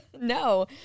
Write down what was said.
No